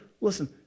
listen